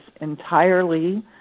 entirely